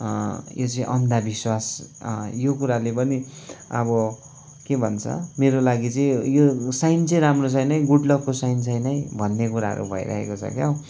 यो चाहिँ आन्धविश्वास यो कुराले पनि अब के भन्छ मेरो लागि चाहिँ यो साइन चाहिँ राम्रो छैन है गुड लकको साइन छैन है भन्ने कुराहरू भइरहेको छ क्या हो